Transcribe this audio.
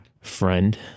friend